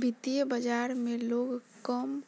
वित्तीय बाजार में लोग कम